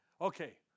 okay